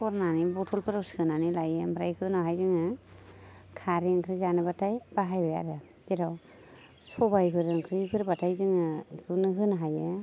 सरनानै बथलफोराव सोनानै लायो ओमफ्राय उनावहाय बेखौ जोङो खारै ओंख्रि जानोबाथाय बाहायबाय आरो जेराव सबाइफोर ओंख्रिफोरबाथाय जोङो बेखौनो होनो हायो